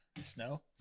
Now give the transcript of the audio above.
Snow